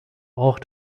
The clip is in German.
auch